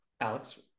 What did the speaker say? Alex